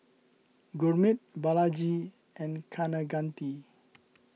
Gurmeet Balaji and Kaneganti